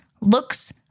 looks